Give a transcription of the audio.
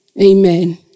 Amen